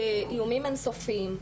זה איומים אין סופיים,